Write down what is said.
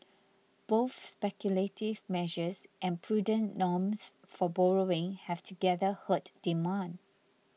both speculative measures and prudent norms for borrowing have together hurt demand